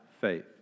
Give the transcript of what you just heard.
faith